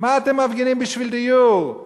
מה אתם מפגינים בשביל דיור?